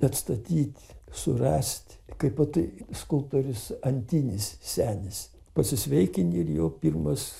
atstatyt surast kaip vat tai skulptorius antinis senis pasisveikini ir jo pirmas